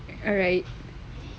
alright